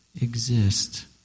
exist